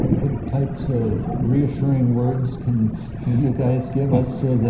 what types of reassuring words can you guys give us so that.